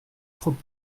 trop